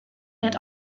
and